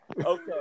Okay